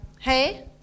Hey